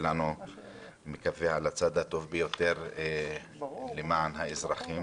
בתקווה על הצד הטוב ביותר, למען האזרחים.